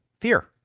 Fear